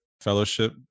fellowship